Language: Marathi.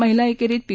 महिला एकेरीत पी